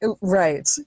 Right